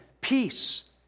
peace